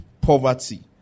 poverty